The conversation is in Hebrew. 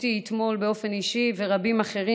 אותי אתמול באופן אישי ורבים אחרים